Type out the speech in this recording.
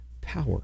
power